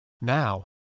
Now